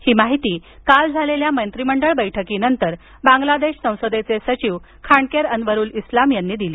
अशी माहिती काल झालेल्या मंत्रीमंडळ बैठकीनंतर बंग्लादेशच्या संसदेचे सचिव खांडकेर अन्वरुल इस्लाम यांनी दिली